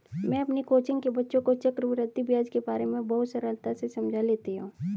मैं अपनी कोचिंग के बच्चों को चक्रवृद्धि ब्याज के बारे में बहुत सरलता से समझा लेती हूं